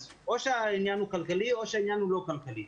אז או שהעניין הוא כלכלי או שהוא לא כלכלי.